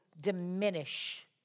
diminish